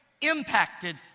impacted